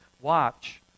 watch